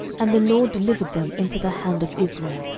and the lord delivered them into the hand of israel,